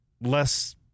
less